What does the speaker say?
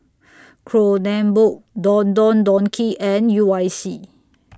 Kronenbourg Don Don Donki and U I C